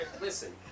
Listen